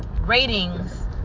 ratings